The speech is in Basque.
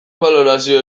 balorazio